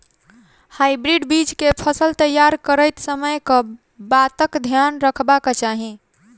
Hybrid बीज केँ फसल तैयार करैत समय कऽ बातक ध्यान रखबाक चाहि?